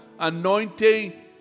anointing